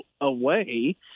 away